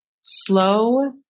slow